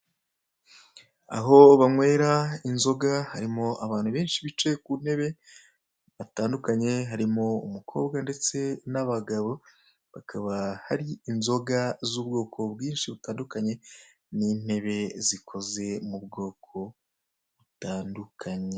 Aho banywera inzoga harimo abantu benshi bicaye ku ntebe batandukanye harimo umukobwa ndetse n'abagabo hakaba hari inzoga z'ubwoko bwinshi butandukanye n'intebe zikoze mu bwoko butandukanye.